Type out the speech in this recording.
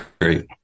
great